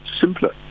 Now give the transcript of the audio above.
simpler